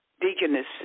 Deaconess